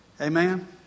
Amen